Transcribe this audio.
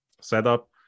setup